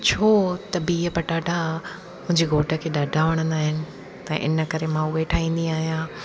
छो त बिह पटाटा मुंहिंजे घोट खे ॾाढा वणंदा आहिनि त इन करे मां उहे ठाहींदी आहियां